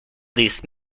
these